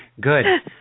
good